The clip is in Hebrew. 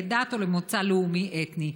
לדת או למוצא לאומי-אתני.